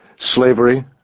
slavery